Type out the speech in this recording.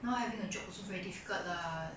now having a job also very difficult lah